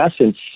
essence